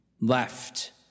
left